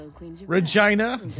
Regina